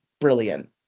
brilliant